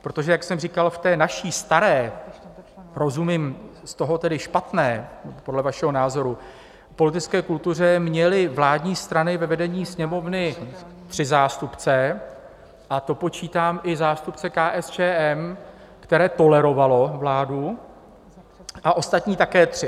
Protože jak jsem říkal, v té naší staré rozumím tedy té špatné podle vašeho názoru politické kultuře měly vládní strany ve vedení Sněmovny tři zástupce, a to počítám i zástupce KSČM, které tolerovalo vládu, a ostatní také tři.